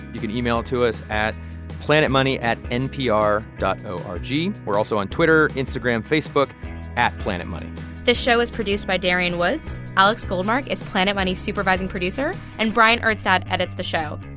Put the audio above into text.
you can email it to us at planetmoney at npr dot o r g. we're also on twitter, instagram, facebook at planetmoney this show is produced by darian woods. alex goldmark is planet money's supervising producer. and bryant urstadt edits the show.